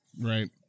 Right